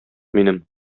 минем